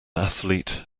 athlete